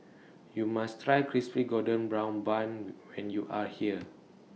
YOU must Try Crispy Golden Brown Bun when when YOU Are here